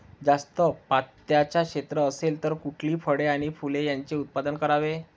जास्त पात्याचं क्षेत्र असेल तर कुठली फळे आणि फूले यांचे उत्पादन करावे?